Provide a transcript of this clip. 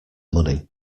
money